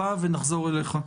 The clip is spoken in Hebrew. התאריך